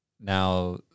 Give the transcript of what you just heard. now